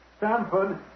Stanford